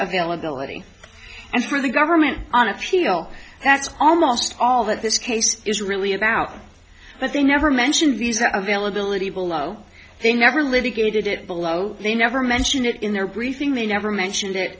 lady and for the government on appeal that's almost all that this case is really about but they never mention visa availability below they never litigated it below they never mention it in their briefing they never mentioned it